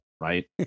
right